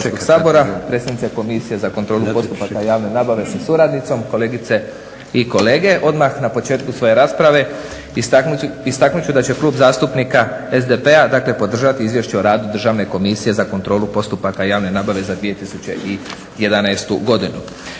predsjednice Komisije za kontrolu postupaka javne nabave sa suradnicom, kolegice i kolege! Odmah na početku svoje rasprave istaknut ću da će Klub zastupnika SDP-a, dakle, podržati Izvješće o radu Državne komisije za kontrolu postupaka javne nabave za 2011. godinu.